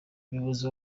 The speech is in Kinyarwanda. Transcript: umuyobozi